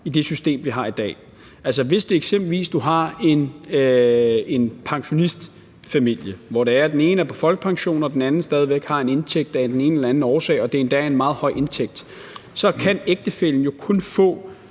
i det system, vi har i dag. Hvis du eksempelvis tager en pensionistfamilie, hvor den ene er på folkepension og den anden stadig væk har en indtægt af den ene eller den anden årsag og det endda er en meget høj indtægt, så kan ægtefællen jo kun få